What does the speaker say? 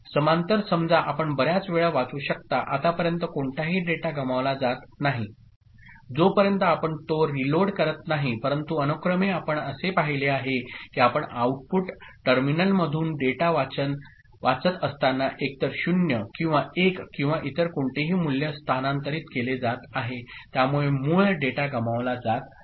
समांतर समजा आपण बर्याच वेळा वाचू शकता आतापर्यंत कोणताही डेटा गमावला जात नाही जोपर्यंत आपण तो रीलोड करत नाही परंतु अनुक्रमे आपण असे पाहिले आहे की आपण आउटपुट टर्मिनलमधून डेटा वाचत असताना एकतर 0 किंवा 1 किंवा इतर कोणतेही मूल्य स्थानांतरित केले जात आहे त्यामुळे मूळ डेटा गमावला जात आहे